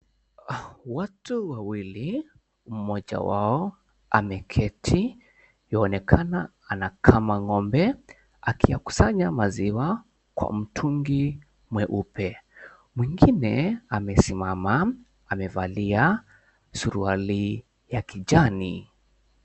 Watu 𝑤𝑎𝑤𝑖𝑙𝑖; mmoja 𝑤𝑎𝑜 ame𝑘eti ywaonekana anakama ngombe akiyakusanya maziwa kwa mtungi 𝑚𝑤𝑒𝑢𝑝𝑒. 𝑀w𝑖𝑛gine amesimama amevalia suruali ya kijani.